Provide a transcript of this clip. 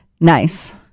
nice